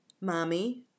Mommy